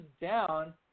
down